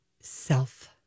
Self